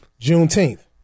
Juneteenth